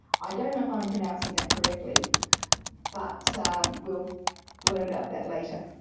i don't know if i'm pronouncing that correctly but we'll learn about that later.